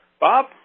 Bob